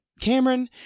Cameron